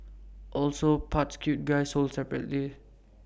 also parts cute guy sold separately